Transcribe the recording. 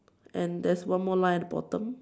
and there's one more line at the bottom